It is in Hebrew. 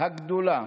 הגדולה